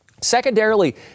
Secondarily